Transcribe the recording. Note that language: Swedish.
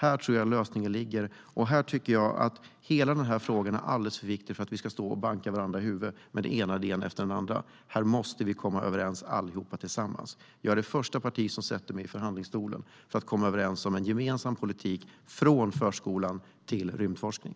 Här tror jag att lösningen ligger, och jag tycker att hela frågan är alldeles för viktig för att vi ska stå och banka varandra i huvudet med den ena idén efter den andra. Här måste vi komma överens allihop tillsammans. Vårt parti är det första som sätter sig i förhandlingsstolen för att komma överens om en gemensam politik för allt från förskolan till rymdforskning.